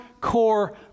core